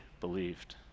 believed